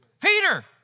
Peter